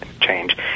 change